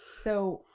so,